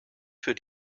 für